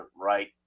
right